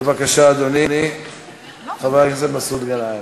בבקשה, אדוני חבר הכנסת מסעוד גנאים.